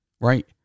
Right